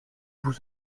vous